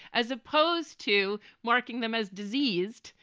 as opposed to marking them as diseases,